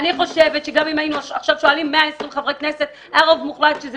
אני פותח את הישיבה: ערעורים על החלטת נשיאות